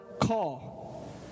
call